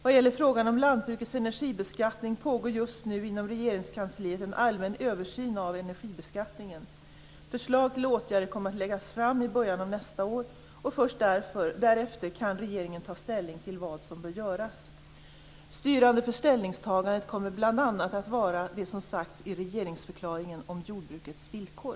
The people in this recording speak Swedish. Vad gäller frågan om lantbrukets energibeskattning pågår just nu inom Regeringskansliet en allmän översyn av energibeskattningen. Förslag till åtgärder kommer att läggas fram i början av nästa år, och först därefter kan regeringen ta ställning till vad som bör göras. Styrande för ställningstagandet kommer bl.a. att vara det som sagts i regeringsförklaringen om jordbrukets villkor.